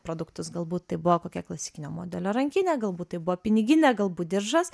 produktus galbūt tai buvo kokia klasikinio modelio rankinė galbūt tai buvo piniginė galbūt diržas